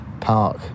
park